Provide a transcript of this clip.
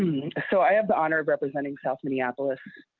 so i had the honor of representing south minneapolis.